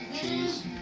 cheese